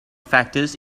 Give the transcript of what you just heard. factors